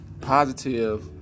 Positive